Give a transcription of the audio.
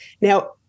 Now